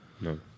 no